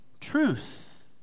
truth